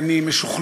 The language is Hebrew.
המעשה הזה שמציע